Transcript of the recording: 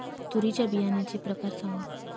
तूरीच्या बियाण्याचे प्रकार सांगा